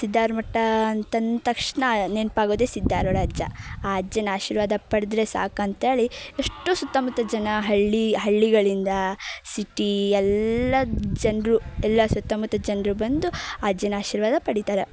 ಸಿದ್ಧಾರ ಮಠ ಅಂತಂದ ತಕ್ಷಣ ನೆನಪಾಗೋದೆ ಸಿದ್ಧಾರೂಢ ಅಜ್ಜ ಆ ಅಜ್ಜನ ಆಶೀರ್ವಾದ ಪಡೆದ್ರೆ ಸಾಕಂತ್ಹೇಳಿ ಅಷ್ಟು ಸುತ್ತಮುತ್ತ ಜನ ಹಳ್ಳಿ ಹಳ್ಳಿಗಳಿಂದ ಸಿಟಿ ಎಲ್ಲ ಜನರು ಎಲ್ಲ ಸುತ್ತಮುತ್ತ ಜನರು ಬಂದು ಅಜ್ಜನ ಆಶೀರ್ವಾದ ಪಡಿತಾರ